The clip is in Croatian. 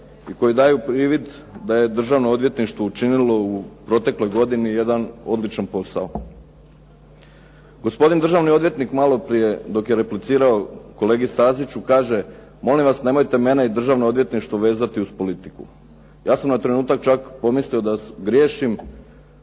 i koji daju privid da je državno odvjetništvo učinilo u protekloj godini jedan odličan posao. Gospodin državni odvjetnik maloprije dok je replicirao kolegi Staziću kaže molim vas nemojte mene i državno odvjetništvo vezati uz politiku. Ja sam na trenutak čak pomislio da griješim